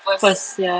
first ya